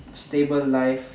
stable life